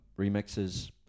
remixes